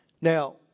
Now